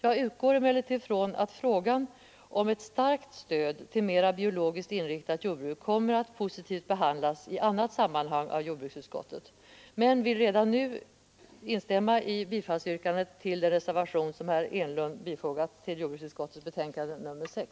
Nr 51 Jag utgår från att frågan om ett starkt stöd till mera biologiskt inriktat Torsdagen den jordbruk kommer att positivt behandlas i annat sammanhang av 28 mars 1974 jordbruksutskottet men vill redan nu instämma i yrkandet om bifall till den reservation som herr Enlund har fogat till jordbruksutskottets betänkande nr 6.